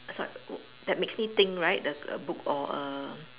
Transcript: sor~ that makes me think right the a book or a